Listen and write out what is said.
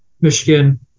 Michigan